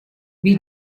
wie